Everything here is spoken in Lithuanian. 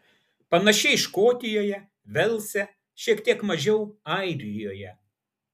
panašiai škotijoje velse šiek tiek mažiau airijoje